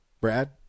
Brad